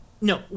No